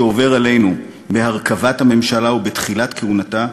שעובר עלינו מהרכבת הממשלה ובתחילת כהונתה,